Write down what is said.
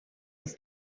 was